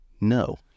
no